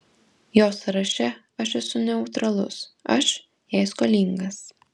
jos sąraše aš esu neutralus aš jai skolingas